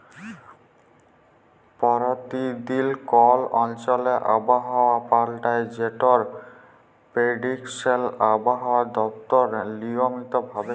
পরতিদিল কল অঞ্চলে আবহাওয়া পাল্টায় যেটর পেরডিকশল আবহাওয়া দপ্তর লিয়মিত ভাবে ক্যরে